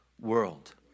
world